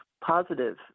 positive